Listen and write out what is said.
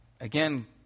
Again